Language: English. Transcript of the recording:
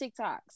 TikToks